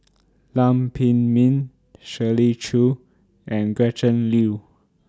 Lam Pin Min Shirley Chew and Gretchen Liu